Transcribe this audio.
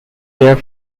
there